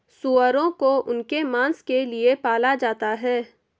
सूअरों को उनके मांस के लिए पाला जाता है